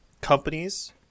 companies